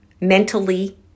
mentally